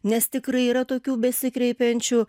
nes tikrai yra tokių besikreipiančių